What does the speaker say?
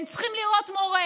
הם צריכים לראות מורה.